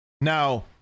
Now